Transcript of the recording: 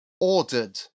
ordered